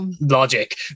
logic